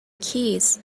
keys